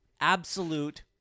Absolute